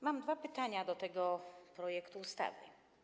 Mam dwa pytania do tego projektu ustawy.